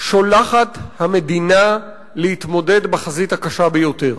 שולחת המדינה להתמודד בחזית הקשה ביותר,